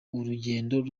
urugendo